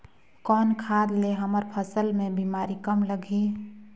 कौन खाद ले हमर फसल मे बीमारी कम लगही?